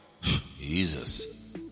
Jesus